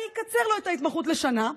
אני אקצר לו את ההתמחות לשנה,